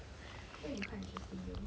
that will be quite interesting though